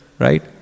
Right